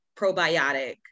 probiotic